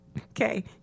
Okay